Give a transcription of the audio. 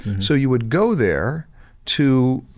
so you would go there to,